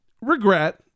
regret